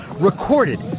recorded